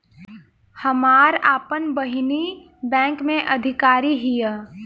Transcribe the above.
हमार आपन बहिनीई बैक में अधिकारी हिअ